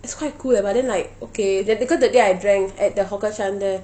it's quite cool leh but then like okay that day because that day I drank at the hawker chan there